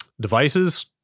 devices